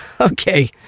okay